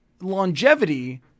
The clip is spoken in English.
longevity